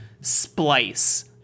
splice